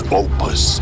opus